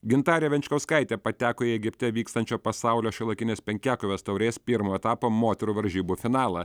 gintarė venčkauskaitė pateko į egipte vykstančio pasaulio šiuolaikinės penkiakovės taurės pirmo etapo moterų varžybų finalą